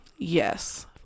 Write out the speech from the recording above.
yes